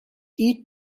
eat